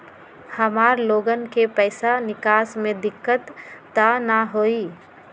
हमार लोगन के पैसा निकास में दिक्कत त न होई?